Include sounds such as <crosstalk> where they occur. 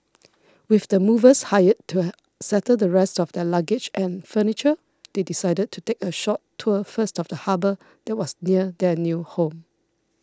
<noise> with the movers hired to settle the rest of their luggage and furniture they decided to take a short tour first of the harbour that was near their new home